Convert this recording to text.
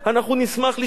אנחנו נשמח לשמוע.